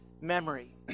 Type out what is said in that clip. memory